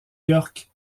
york